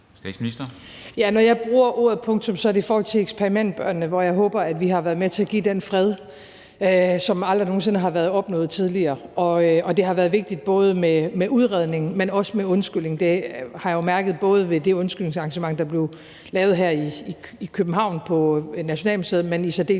Ja, når jeg bruger ordet punktum, er det i forhold til eksperimentbørnene, hvor jeg håber, vi har været med til at give den fred, som aldrig nogen sinde har været opnået tidligere. Det har været vigtigt både med en udredning, men også med en undskyldning. Det har jeg mærket både ved det undskyldningsengagement, der blev lavet her i København på Nationalmuseet, men i særdeleshed